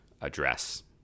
address